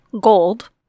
gold